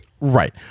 right